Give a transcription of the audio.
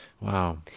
Wow